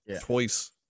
twice